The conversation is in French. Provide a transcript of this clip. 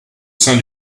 sein